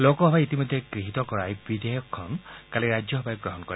লোকসভাই ইতিমধ্যে গহীত কৰা এই বিধেয়কখন কালি ৰাজ্যসভাই গ্ৰহণ কৰে